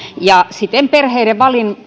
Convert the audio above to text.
ja siten perheiden